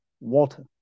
water